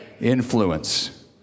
influence